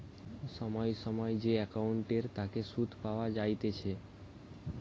সময় সময় যে একাউন্টের তাকে সুধ পাওয়া যাইতেছে